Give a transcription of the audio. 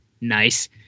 nice